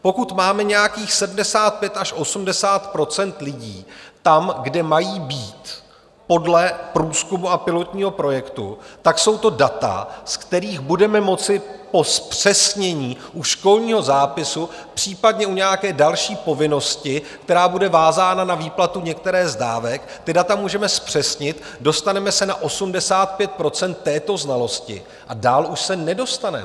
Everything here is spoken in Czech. Pokud máme nějakých 75 až 80 % lidí tam, kde mají být podle průzkumu a pilotního projektu, tak jsou to data, z kterých budeme moci po zpřesnění u školního zápisu, případně u nějaké další povinnosti, která bude vázána na výplatu některé z dávek, data můžeme zpřesnit, dostaneme se na 85 % této znalosti a dál už se nedostaneme.